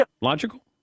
logical